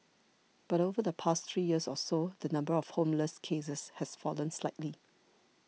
but over the past three years or so the number of homeless cases has fallen slightly